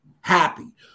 happy